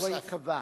ובו ייקבע: